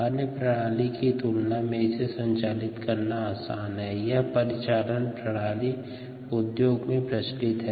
अन्य प्रणाली की तुलना में इसे संचालित करना आसान है और यह परिचालन प्रणाली उद्योग में प्रचलित है